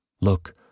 Look